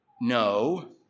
No